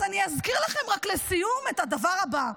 אז אני אזכיר לכם, רק לסיום, את הדבר הבא: